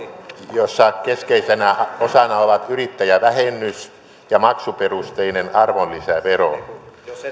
jossa keskeisenä osana ovat yrittäjävähennys ja maksuperusteinen arvonlisävero